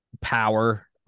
power